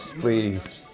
please